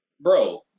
bro